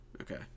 Okay